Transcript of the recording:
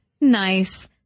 nice